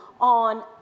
on